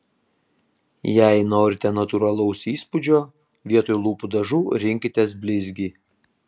jei norite natūralaus įspūdžio vietoj lūpų dažų rinkitės blizgį